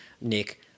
Nick